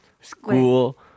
School